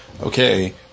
okay